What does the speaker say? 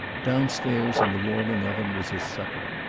downstairs, in the warming oven, was his supper.